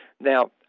Now